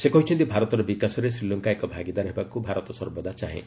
ସେ କହିଛନ୍ତି ଭାରତର ବିକାଶରେ ଶ୍ରୀଲଙ୍କା ଏକ ଭାଗିଦାର ହେବାକୁ ଭାରତ ସର୍ବଦା ଚାହେଁ